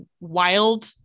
wild